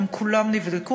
הן כולן נבדקו.